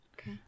Okay